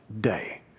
day